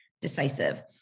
decisive